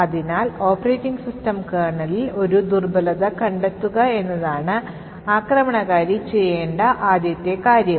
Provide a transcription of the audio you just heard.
അതിനാൽ operating system കേർണലിൽ ഒരു ദുർബലത കണ്ടെത്തുക എന്നതാണ് ആക്രമണകാരി ചെയ്യേണ്ട ആദ്യത്തെ കാര്യം